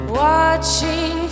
watching